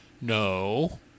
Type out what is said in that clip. No